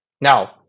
Now